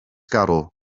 garw